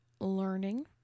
learning